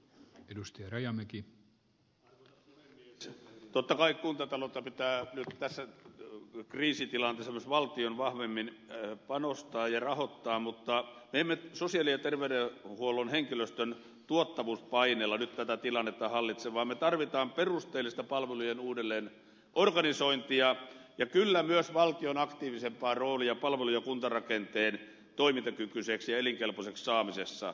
totta kai kuntatalouteen pitää nyt tässä kriisitilanteessa myös valtion vahvemmin panostaa ja rahoittaa sitä mutta me emme sosiaali ja terveydenhuollon henkilöstön tuottavuuspaineella nyt tätä tilannetta hallitse vaan me tarvitsemme perusteellista palvelujen uudelleenorganisointia ja kyllä myös valtion aktiivisempaa roolia palvelu ja kuntarakenteen toimintakykyiseksi ja elinkelpoiseksi saamisessa